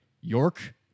York